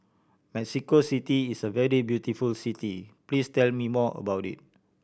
Mexico City is a very beautiful city please tell me more about it